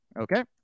Okay